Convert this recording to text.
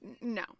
No